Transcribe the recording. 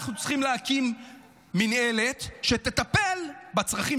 אנחנו צריכים להקים מינהלת שתטפל בצרכים,